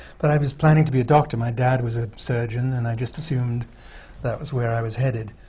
but i was planning to be a doctor. my dad was a surgeon, and i just assumed that was where i was headed.